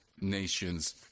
nations